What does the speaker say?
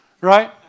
right